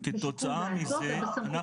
כתוצאה מזה אנחנו